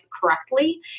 correctly